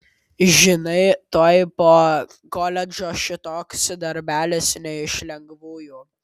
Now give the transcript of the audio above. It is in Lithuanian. žinai tuoj po koledžo šitoks darbelis ne iš lengvųjų